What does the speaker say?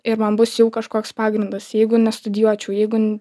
ir man bus jau kažkoks pagrindas jeigu nestudijuočiau jeigu